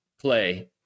play